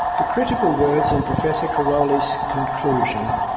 the critical words in professor karoly's conclusion,